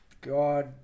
God